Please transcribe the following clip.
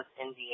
Indiana